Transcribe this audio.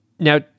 Now